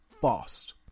fast